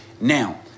Now